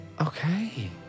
Okay